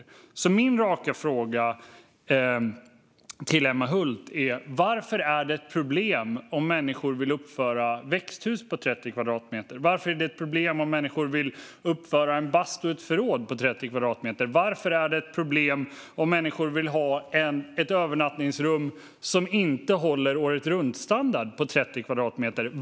Jag vill ställa några raka frågor till Emma Hult. Varför är det ett problem om människor vill uppföra ett växthus på 30 kvadratmeter? Varför är det ett problem om människor vill uppföra en bastu eller ett förråd på 30 kvadratmeter? Varför är det ett problem om människor vill ha ett övernattningsrum på 30 kvadratmeter som inte håller åretruntstandard?